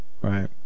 Right